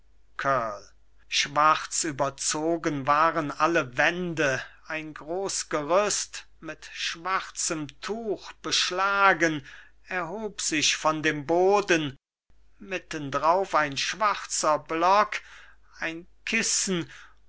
schwarz überzogen waren alle wände ein groß gerüst mit schwarzem tuch beschlagen erhob sich von dem boden mittendrauf ein schwarzer block ein kissen